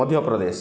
ମଧ୍ୟ ପ୍ରଦେଶ